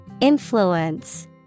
Influence